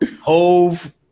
hove